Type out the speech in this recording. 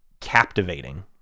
captivating